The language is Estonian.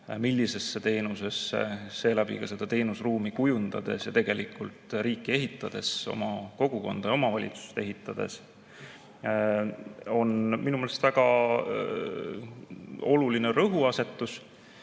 millisesse teenusesse, seeläbi ka seda teenusruumi kujundades ja tegelikult riiki ehitades, oma kogukonda ja omavalitsust ehitades, siis on see minu meelest väga oluline rõhuasetus.